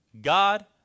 God